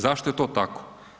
Zašto je to tako?